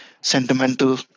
sentimental